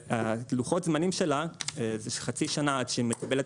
לוחות הזמנים שלה זה חצי שנה עד שהיא מקבלת